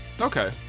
Okay